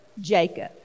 Jacob